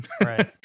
Right